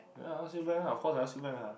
ya I ask you back ah of course I ask you back ah